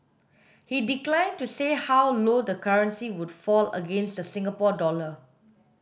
he declined to say how low the currency would fall against the Singapore dollar